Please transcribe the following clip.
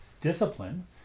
discipline